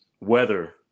weather